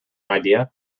idea